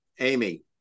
Amy